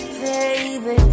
baby